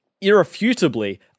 irrefutably